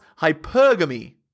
hypergamy